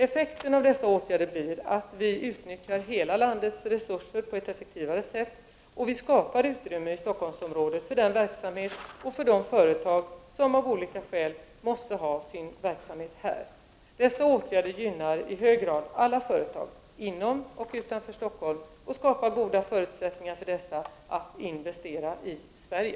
Effekten av dessa åtgärder blir att vi utnyttjar hela landets resurser på ett effektivare sätt, och att vi skapar utrymme i Stockholmsområdet för den verksamhet och för de företag som av olika skäl måste ha sin verksamhet här. Dessa åtgärder gynnar i hög grad alla företag, inom och utanför Stockholm, och skapar goda förutsättningar för dessa att investera i Sverige.